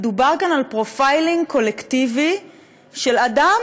מדובר כאן על פרופיילינג קולקטיבי של אדם,